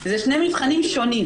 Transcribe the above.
אלה שני מבחנים שונים.